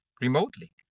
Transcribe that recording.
remotely